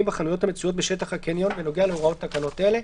בחנויות המצויות בשטח הקניון בנוגע להוראות תקנות אלה,